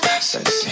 sexy